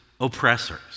oppressors